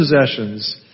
possessions